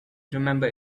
remember